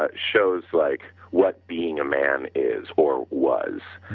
ah shows like what being a man is or was.